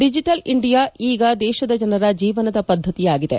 digital India ಈಗ ದೇಶದ ಜನರ ಜೀವನದ ಪದ್ದತಿಯಾಗಿದೆ